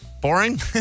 Boring